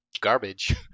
garbage